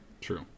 True